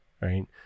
right